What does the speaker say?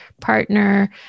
partner